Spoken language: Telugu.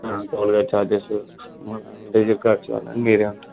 టోల్ గేట్ చార్జెస్ మళ్ళా డీజల్ కాస్ట్ అన్నీ మీరే ఉంటుంది